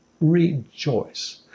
rejoice